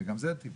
וגם זה טבעי.